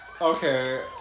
Okay